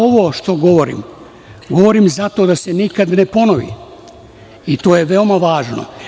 Ovo što govorim, govorim zato da se nikada ne ponovi i to je veoma važno.